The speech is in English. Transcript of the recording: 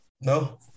No